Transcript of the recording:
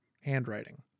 handwriting